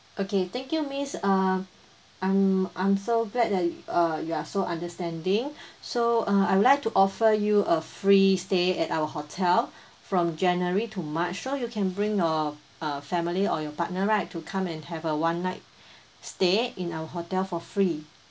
okay thank you miss err I'm I'm so glad that err you are so understanding so err I would like to offer you a free stay at our hotel from january to march so you can bring your err family or your partner right to come and have a one night stay in our hotel for free